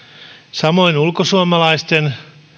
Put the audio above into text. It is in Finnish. samoin ulkosuomalaisten